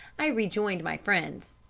i rejoined my friends.